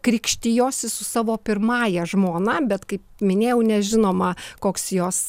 krikštijosi su savo pirmąja žmona bet kaip minėjau nežinoma koks jos